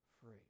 free